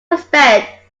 respect